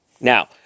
Now